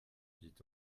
dit